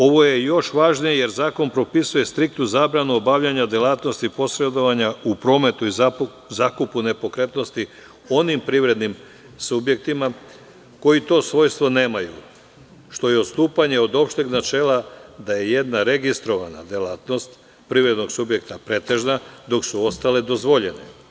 Ovo je još važnije jer zakon propisuje striktnu zabranu obavljanja delatnosti posredovanja u prometu i zakupu nepokretnosti onim privrednim subjektima koji to svojstvo nemaju što je odstupanje od opštega načela da je jedna registrovana delatnost privrednog subjekta pretežna dok su ostale dozvoljene.